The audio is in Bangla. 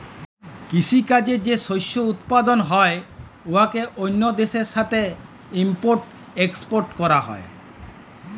কিসি কাজে যে শস্য উৎপাদল হ্যয় উয়াকে অল্য দ্যাশের সাথে ইম্পর্ট এক্সপর্ট ক্যরা